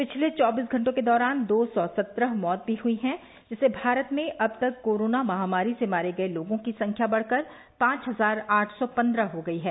पिछले चौबीस घटों के दौरान दो सौ सत्रह मौत भी हुई हैं जिससे भारत में अब तक कोरोना महामारी से मारे गए लोगों की संख्या बढ़कर पांच हजार आठ सौ पंद्रह हो गई है